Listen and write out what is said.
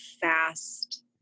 fast